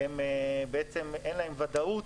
אין להם ודאות,